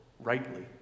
rightly